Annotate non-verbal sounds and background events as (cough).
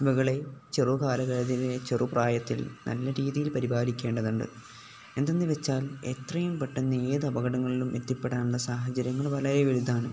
(unintelligible) ചെറു കാലുകളതിനെ ചെറു പ്രായത്തിൽ നല്ല രീതിയിൽ പരിപാലിക്കേണ്ടതുണ്ട് എന്തെന്നു വെച്ചാൽ എത്രയും പെട്ടെന്ന് ഏത് അപകടങ്ങളിലും എത്തിപ്പെടാനുള്ള സാഹചര്യങ്ങൾ വളരെ വലുതാണ്